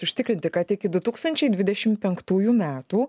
užtikrinti kad iki du tūkstančiai dvidešimt penktųjų metų